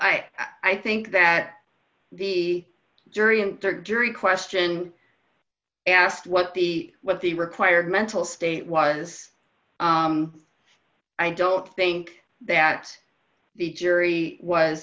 i i think that the jury and rd jury question asked what the what the required mental state was i don't think that the jury was